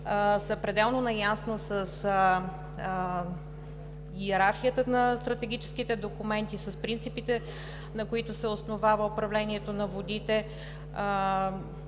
са пределно наясно с йерархията на стратегическите документи, с принципите, на които се основава управлението на водите.